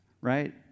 Right